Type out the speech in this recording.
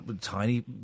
tiny